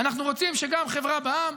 אנחנו רוצים שגם חברה בע"מ,